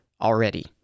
already